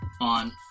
on